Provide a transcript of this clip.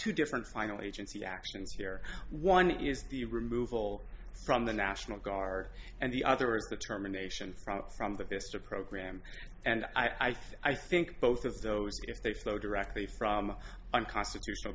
two different final agency actions here one is the removal from the national guard and the other is the terminations props from the vista program and i think both of those if they flow directly from unconstitutional